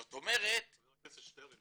זאת אומרת --- חבר הכנסת שטרן,